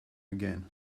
again